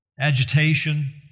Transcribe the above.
agitation